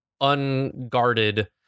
unguarded